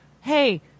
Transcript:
hey